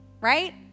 right